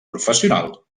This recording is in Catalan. professional